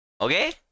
Okay